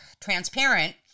transparent